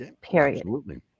Period